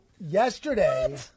yesterday